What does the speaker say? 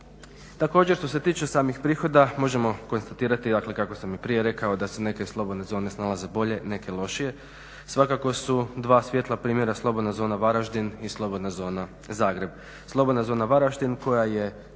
Također što se tiče samih prihoda možemo konstatirati dakle kako sam i prije rekao da se neke slobodne zone snalaze bolje neke lošije, svakako su dva svijetla primjera slobodna zona Varaždin i slobodna zona Zagreb. Slobodna zona Varaždin koja je